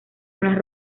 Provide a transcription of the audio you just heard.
zonas